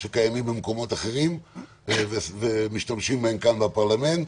שקיימים במקומות אחרים ומשתמשים בהם כאן, בפרלמנט,